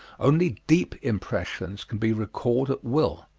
only deep impressions can be recalled at will.